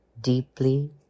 deeply